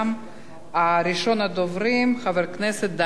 ראשון הדוברים, חבר הכנסת דני דנון, בבקשה.